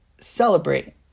celebrate